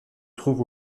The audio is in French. trouve